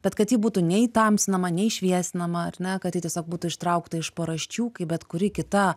bet kad ji būtų nei tamsinama nei šviesinama ar ne kad tai tiesiog būtų ištraukta iš paraščių kaip bet kuri kita